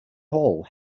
hall